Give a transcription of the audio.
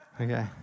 Okay